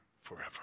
forever